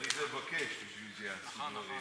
צריך לבקש בשביל שיעשו דברים.